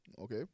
Okay